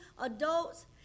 adults